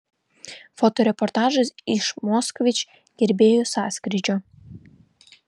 fotoreportažas iš moskvič gerbėjų sąskrydžio